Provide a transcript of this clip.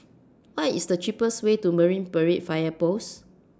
What IS The cheapest Way to Marine Parade Fire Post